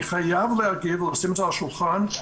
אני חייב להגיד ולשים את זה על השולחן,